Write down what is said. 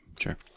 Sure